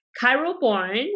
Cairo-born